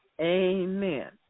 Amen